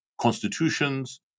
constitutions